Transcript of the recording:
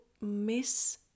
miss